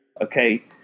Okay